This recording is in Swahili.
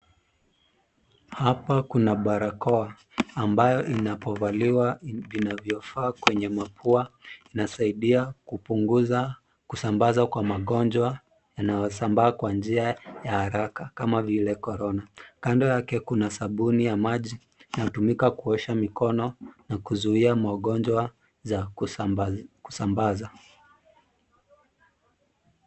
Hapa kuna barakoa, ambayo inapovaliwa inavyofaa kwenye mapua, inasaidia kupunguza kusambazwa kwa magonjwa yanayosambaa kwa njia ya haraka, kama vile, korona. Kando yake kuna sabuni ya maji inayotumika kuosha mikono na kuzuia maugonjwa za kusambaza.